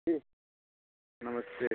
ठीक नमस्ते